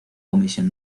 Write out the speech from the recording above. comisión